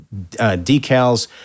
decals